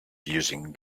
using